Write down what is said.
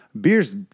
beers